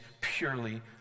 purely